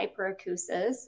hyperacusis